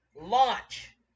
Launch